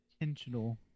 intentional